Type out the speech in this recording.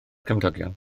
cymdogion